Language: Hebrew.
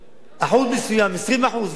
אחוז מסוים, 20% ועוד,